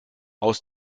aus